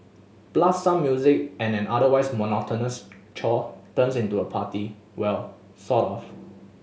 blast some music and an otherwise monotonous chore turns into a party well sort of